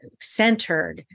centered